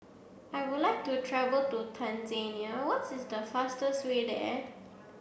I would like to travel to Tanzania what's is the fastest way there